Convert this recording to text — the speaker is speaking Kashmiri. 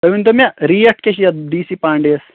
تُہۍ ؤنۍ تو مےٚ ریٹ کیاہ چھِ یتھ ڈی سی پانٛڈے یَس